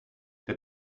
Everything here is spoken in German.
der